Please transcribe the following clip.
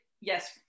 yes